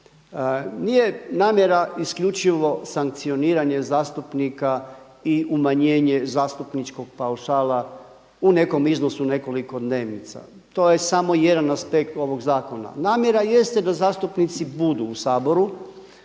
Nije namjera isključivo sankcioniranje zastupnika i umanjenje zastupničkog paušala u nekom iznosu nekoliko dnevnica, to je samo jedan aspekt ovoga zakona. Namjera jeste da zastupnici budu u Saboru